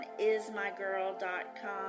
ismygirl.com